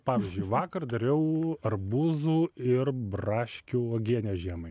pavyzdžiui vakar dariau arbūzų ir braškių uogienę žiemai